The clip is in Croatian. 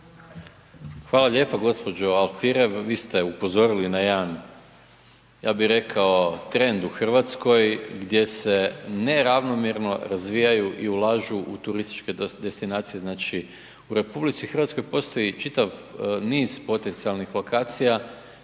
Hvala lijepa gđo. Alfirev, vi ste upozorili na jedan, ja bi rekao, trend u RH gdje se neravnomjerno razvijaju i ulažu u turističke destinacije. Znači, u RH postoji čitav niz potencijalnih lokacija